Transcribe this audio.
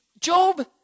Job